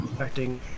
acting